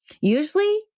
Usually